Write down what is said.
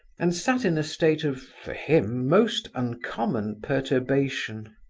and sat in a state of, for him, most uncommon perturbation.